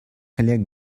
коллег